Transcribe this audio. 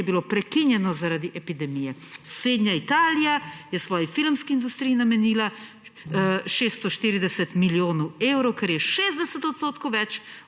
je bilo prekinjeno zaradi epidemije. Sosednja Italija je svoji filmski industriji namenila 640 milijonov evrov, ker je 60